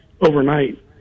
overnight